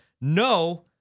No